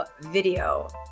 video